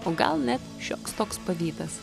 o gal net šioks toks pavydas